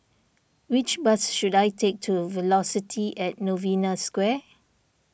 which bus should I take to Velocity at Novena Square